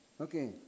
Okay